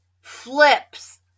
Flips